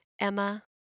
Emma